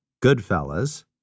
Goodfellas